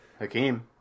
Hakeem